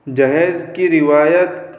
جہیز کی روایت